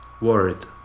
Word